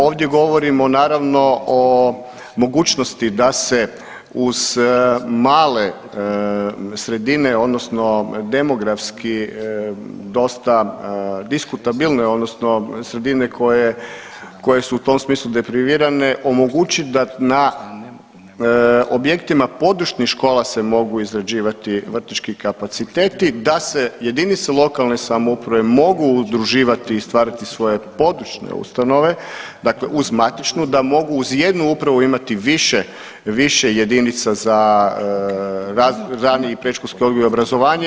Ovdje govorimo naravno o mogućnosti da se uz male sredine, odnosno demografski dosta diskutabilne, odnosno sredine koje su u tom smislu deprimirane omogući da na objektima područnih škola se mogu izrađivati vrtićki kapaciteti, da se jedinice lokalne samouprave mogu udruživati i stvarati svoje područne ustanove dakle uz matičnu da mogu uz jednu upravu imati više jedinica za raniji predškolski odgoj i obrazovanje.